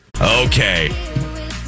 Okay